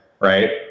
right